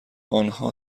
آنها